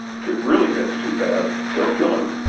if it really gets too bad, they'll kill him